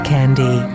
Candy